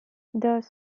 dos